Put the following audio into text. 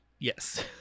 Yes